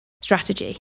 strategy